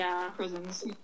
prisons